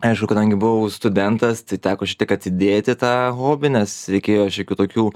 aišku kadangi buvau studentas teko šitiek atidėti tą hobį nes reikėjo šiokių tokių